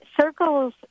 circles